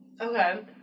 okay